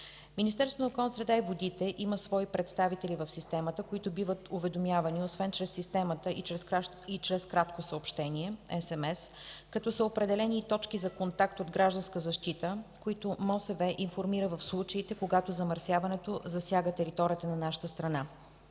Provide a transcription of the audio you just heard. Министерството на околната среда и водите има свои представители в Системата, които биват уведомявани освен чрез Системата и чрез кратко съобщение – SMS, като са определени и точки за контакт от Гражданска защита, които Министерството на околната среда и водите информира в случаите, когато замърсяването засяга територията на нашата страна.